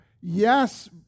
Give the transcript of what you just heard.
Yes